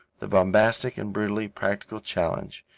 the bombastic and brutally practical challenge,